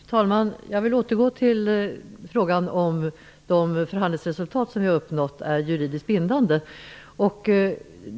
Fru talman! Jag vill återgå till frågan om huruvida de uppnådda förhandlingsresultaten är juridiskt bindande.